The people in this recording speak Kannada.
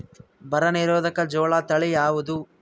ಬರ ನಿರೋಧಕ ಜೋಳ ತಳಿ ಯಾವುದು?